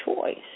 choice